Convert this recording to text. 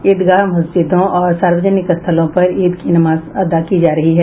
ईदगाह मस्जिदों और सार्वजनिक स्थलों पर ईद की नमाज अदा की जा रही है